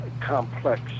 complex